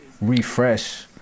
refresh